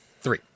three